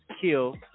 kill